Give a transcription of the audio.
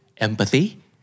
Empathy